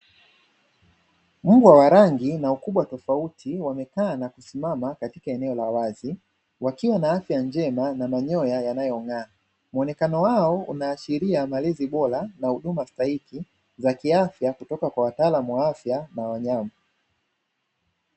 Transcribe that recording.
Mbwa wa rangi na ukubwa tofauti wamekaa na kusimama katika eneo la wazi wakiwa na afya njema na manyoya yanayong'aa. Muonekano wao unaashiria malezi bora na huduma stahiki za kiafya kutoka kwa wataalamu wa wa afya na wanyama.